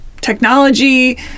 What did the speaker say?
technology